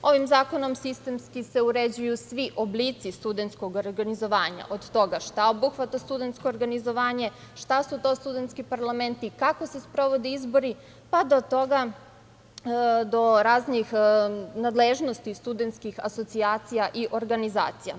Ovim zakonom sistemski se uređuju svi oblici studenskog organizovanja, od toga šta obuhvata studentsko organizovanje, šta su to studentski parlamenti i kako se sprovode izbori, pa do raznih nadležnosti studentskih asocijacija i organizacija.